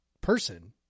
person